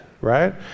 right